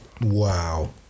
Wow